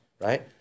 right